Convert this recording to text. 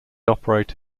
operate